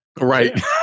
right